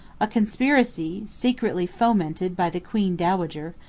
a conspiracy, secretly fomented by the queen-dowager,